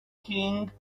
king